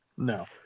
No